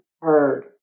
heard